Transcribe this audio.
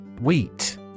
Wheat